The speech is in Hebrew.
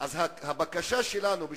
אז הבקשה שלנו היא,